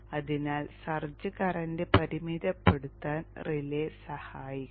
അതിനാൽ surge current പരിമിതപ്പെടുത്താൻ relay സഹായിക്കും